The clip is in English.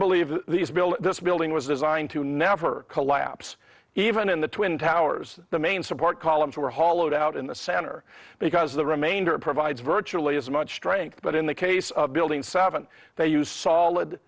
believe this building was designed to now for collapse even in the twin towers the main support columns were hollowed out in the center because the remainder provides virtually as much strength but in the case of building seven they use solid